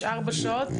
יש ארבע שעות,